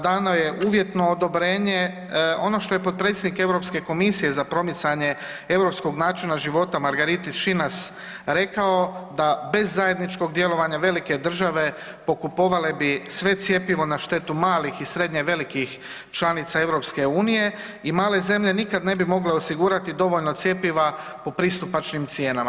Dano je uvjetno odobrenje, ono što je potpredsjednik EU komisije za promicanje europskog načina života Margaritis Schinas rekao da bez zajedničkog djelovanja velike države pokupovale bi sve cjepivo na štetu malih i srednje velikih članica EU i male zemlje nikad ne bi mogle osigurati dovoljno cjepiva po pristupačnim cijenama.